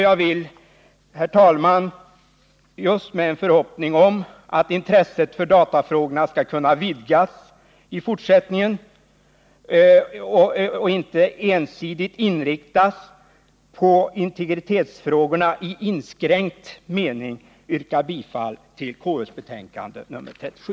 Jag vill, herr talman, med en förhoppning om att intresset för datafrågor skall kunna vidgas i fortsättningen och inte ensidigt inriktas på integritetsfrågorna i inskränkt mening yrka bifall till konstitutionsutskottets hemställan i betänkande nr 37.